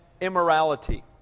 immorality